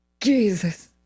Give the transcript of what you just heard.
Jesus